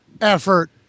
effort